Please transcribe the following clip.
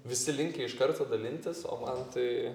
visi linkę iš karto dalintis o man tai